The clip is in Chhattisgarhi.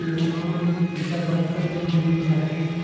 लोन के पइसा कतका दिन मा मिलिस जाथे?